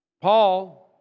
Paul